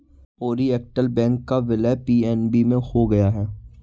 Oriental Bank का विलय PNB में हो गया है